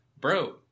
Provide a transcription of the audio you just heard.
bro